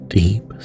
deep